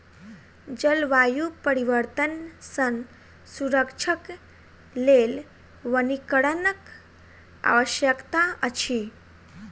जलवायु परिवर्तन सॅ सुरक्षाक लेल वनीकरणक आवश्यकता अछि